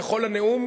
לכל הנאום,